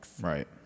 Right